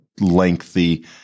lengthy